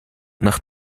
nach